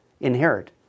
inherit